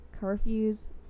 Curfews